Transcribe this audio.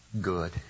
Good